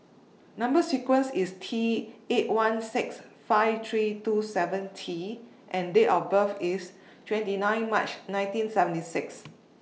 Number sequence IS T eight one six five three two seven T and Date of birth IS twenty nine March nineteen seventy six